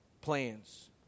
plans